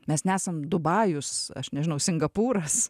mes nesam dubajus aš nežinau singapūras